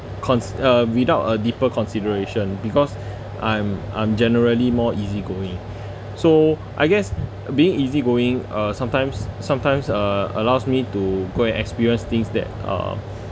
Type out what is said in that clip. cons~ uh without a deeper consideration because I'm I'm generally more easygoing so I guess being easygoing uh sometimes sometimes uh allows me to go and experience things that are